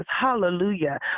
Hallelujah